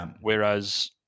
Whereas